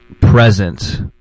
present